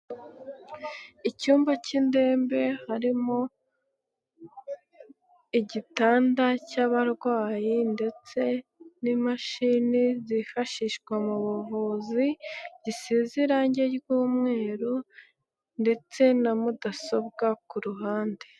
Icyumba cy'indembe harimo igitanda cy'abarwayi ndetse n'imashini zifashishwa mu buvuzi gisize irangi ry'umweru ndetse na mudasobwa ku ruhande.